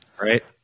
Right